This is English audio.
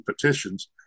petitions